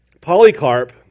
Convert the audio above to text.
Polycarp